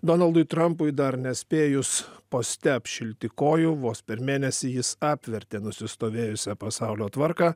donaldui trampui dar nespėjus poste apšilti kojų vos per mėnesį jis apvertė nusistovėjusią pasaulio tvarką